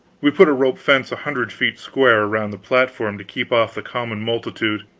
we put a rope fence a hundred feet square around the platform to keep off the common multitude,